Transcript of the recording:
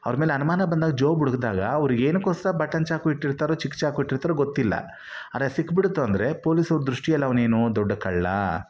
ಅವ್ರ ಮೇಲೆ ಅನುಮಾನ ಬಂದಾಗ ಜೋಬ್ ಹುಡುಕಿದಾಗ ಅವರಿಗೇನಕ್ಕೋಸ್ಕರ ಬಟನ್ ಚಾಕು ಇಟ್ಟಿರ್ತಾರೋ ಚಿಕ್ಕ ಚಾಕು ಇಟ್ಟಿರ್ತಾರೋ ಗೊತ್ತಿಲ್ಲ ಆದರೆ ಸಿಕ್ಬಿಡ್ತು ಅಂದರೆ ಪೊಲೀಸವ್ರ ದೃಷ್ಠಿಯಲ್ಲಿ ಅವನೇನೋ ದೊಡ್ಡ ಕಳ್ಳ